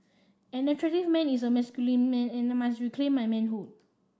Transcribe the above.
an attractive man is a masculine man and my must reclaim my manhood